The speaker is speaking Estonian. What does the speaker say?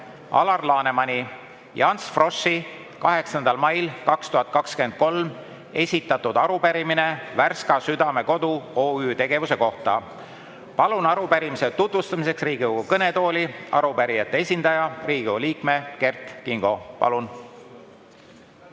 Alar Lanemani ja Ants Froschi 8. mail 2023 esitatud arupärimine Värska Südamekodu OÜ tegevuse kohta. Palun arupärimise tutvustamiseks Riigikogu kõnetooli arupärijate esindaja, Riigikogu liikme Kert Kingo. Palun!